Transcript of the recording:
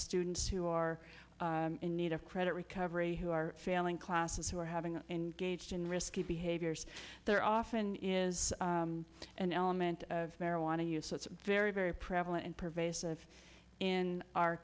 students who are in need of credit recovery who are failing classes who are having engaged in risky behaviors there often is an element of marijuana use so it's very very prevalent and pervasive in our